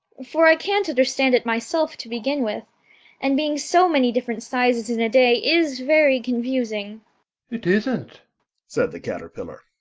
for i can't understand it myself to begin with and being so many different sizes in a day is very confusing it isn't said the caterpillar.